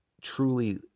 truly